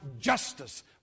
justice